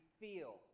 feel